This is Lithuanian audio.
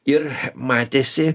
ir matėsi